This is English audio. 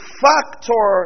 factor